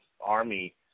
army